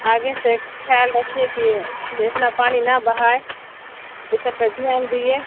آگے سے خیال رکھیے کہ اتنا پانی نہ بہائے ای سب پہ دھیان دیجیے